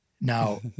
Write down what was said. Now